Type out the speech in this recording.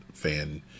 fan